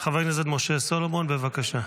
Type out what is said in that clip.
חבר הכנסת משה סולומון, בבקשה.